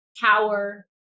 power